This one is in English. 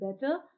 better